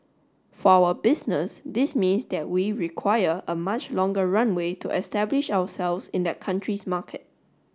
for our business this means that we require a much longer runway to establish ourselves in that country's market